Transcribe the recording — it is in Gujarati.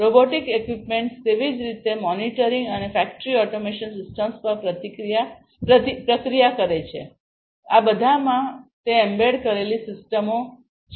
રોબોટિક ઇક્વિપમેન્ટ્સ તેવી જ રીતે મોનિટરિંગ અને ફેક્ટરી ઓટોમેશન સિસ્ટમ્સ પર પ્રક્રિયા કરે છે આ બધામાં તે એમ્બેડ કરેલી સિસ્ટમો છે